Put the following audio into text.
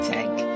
Tank